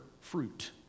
fruit